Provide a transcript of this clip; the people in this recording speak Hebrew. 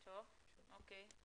אוקי.